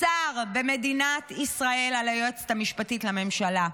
שר במדינת ישראל על היועצת המשפטית לממשלה.